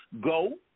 go